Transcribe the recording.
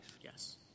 Yes